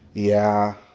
yeah,